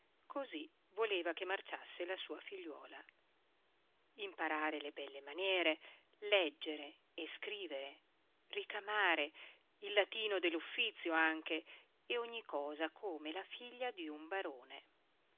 così voleva che marciasse la sua figliuola imparare le belle maniere leggere e scrivere ricamare il latino dell'uffizio anche e ogni cosa come la figlia di un barone